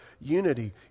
unity